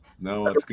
No